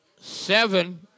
seven